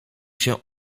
się